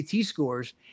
scores